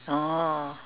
oh